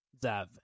Zav